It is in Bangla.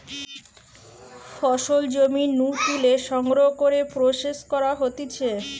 ফসল জমি নু তুলে সংগ্রহ করে প্রসেস করা হতিছে